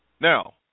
Now